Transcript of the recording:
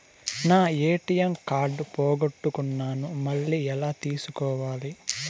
నా ATM card పోగొట్టుకున్నాను, మళ్ళీ ఎలా తీసుకోవాలి?